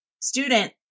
student